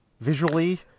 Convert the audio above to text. visually